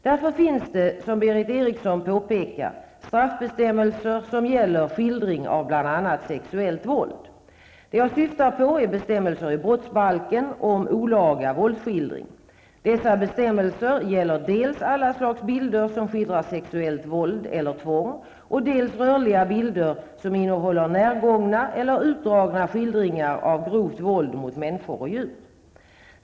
Därför finns det, som Berith Eriksson påpekar, straffbestämmelser som gäller skildring av bl.a. sexuellt våld. Det jag syftar på är bestämmelser i brottsbalken om olaga våldsskildring. Dessa bestämmelser gäller dels alla slags bilder som skildrar sexuellt våld eller tvång, dels rörliga bilder som innehåller närgångna eller utdragna skildringar av grovt våld mot människor och djur.